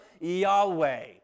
Yahweh